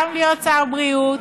גם להיות שר בריאות,